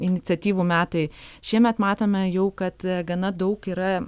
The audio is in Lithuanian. iniciatyvų metai šiemet matome jau kad gana daug yra